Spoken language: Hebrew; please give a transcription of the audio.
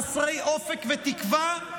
חסרי אופק ותקווה,